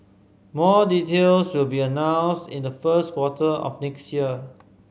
more details will be announced in the first quarter of next year